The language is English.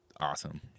awesome